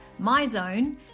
MyZone